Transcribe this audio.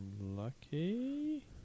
lucky